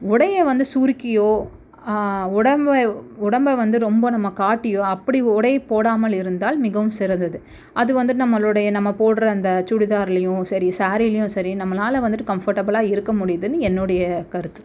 உடையை வந்து சுருக்கியோ உடம்பை உடம்பை வந்து ரொம்ப நம்ம காட்டியோ அப்படி உடையை போடாமல் இருந்தால் மிகவும் சிறந்தது அது வந்துட்டு நம்மளுடைய நம்ம போடுற அந்த சுடிதார்லேயும் சரி சேரீலேயும் சரி நம்மனால் வந்துட்டு கம்ஃபர்ட்டபிளாக இருக்க முடியுதுன்னு என்னுடைய கருத்து